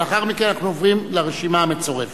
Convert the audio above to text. ולאחר מכן אנחנו עוברים לרשימה המצורפת.